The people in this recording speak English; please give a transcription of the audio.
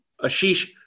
Ashish